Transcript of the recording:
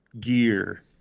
gear